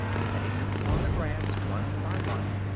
setting them upon the grass one by one,